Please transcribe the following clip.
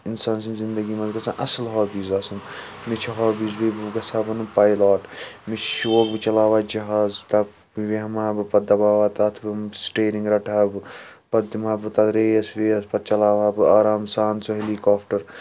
اِنسان سٕنٛزِ زِنٛدگِی منٛز گَژھن اَصٕل ہابِیٖز آسٕنۍ مےٚ چھِ ہابِیٖز بیٚیہِ بہٕ گَژھ ہا بَنُن پایلاٹ مےٚ چھِ شوق بہٕ چلاوٕ ہا جہاز تتھ بہٕ بیٚہما پَتہٕ دَباوٕ ہا تَتھ تُم سِٹیرِنٛگ رَٹہٕ ہا بہٕ پَتہٕ دِمہٕ ہا بہٕ تَتھ ریس ویس پتہٕ چلاوٕ ہا بہٕ آرام سان سُہ ہیٚلِیکاپٹَر